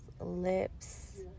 lips